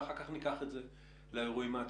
ואחר כך ניקח את זה לאירועים העדכניים,